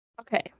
Okay